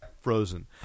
Frozen